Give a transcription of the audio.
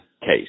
Case